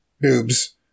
boobs